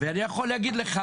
ואני יכול להגיד לך,